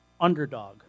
underdog